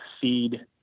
feed